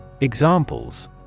Examples